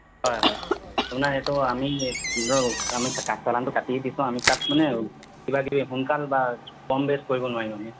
হয় হয় আপোনাৰ সেইটো আমি ইনেও চালানটো কাটি দিছোঁ তাত মানে কিবা কিবি সোনকাল বা কম বেছ কৰিব নোৱাৰিম আমি